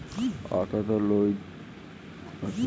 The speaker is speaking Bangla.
অথ্থলিতিক পড়াশুলা ক্যইরলে চার রকম টাকা আছে যেমল কমডিটি টাকা